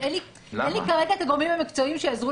אין לי כרגע את הגורמים המקצועיים שיעזרו